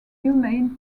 humane